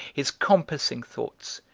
his compassing thoughts,